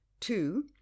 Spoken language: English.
Two